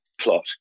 plot